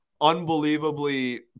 unbelievably